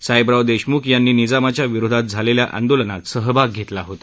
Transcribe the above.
साहेबराव देशमुख यांनी निजामाच्या विरोधात झालेल्या आंदोलनात सहभाग घेतला होता